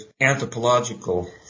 anthropological